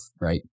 right